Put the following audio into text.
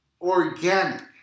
organic